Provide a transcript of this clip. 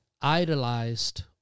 idolized